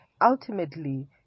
ultimately